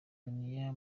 dunia